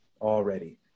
already